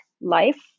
life